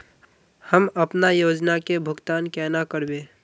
हम अपना योजना के भुगतान केना करबे?